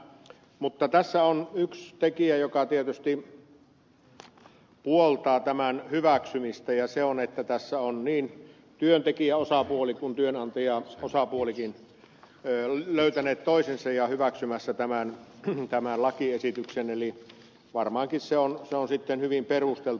mutta tässä on yksi tekijä joka tietysti puoltaa tämän hyväksymistä ja se on se että tässä ovat niin työntekijäosapuoli kuin työnantajaosapuolikin löytäneet toisensa ja hyväksymässä tämän lakiesityksen eli varmaankin se on sitten hyvin perusteltu